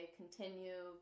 continue